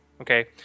okay